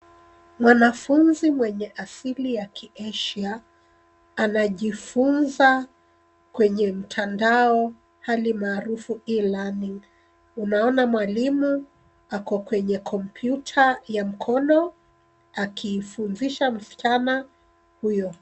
Mwanafunzi mwenye asili ya kieshia anajifunza kwenye mtandaono halimaarufu e learning . Tunaona mwalimu ako kwenye kompyuta nyekundu akimfunzisha msichana huyo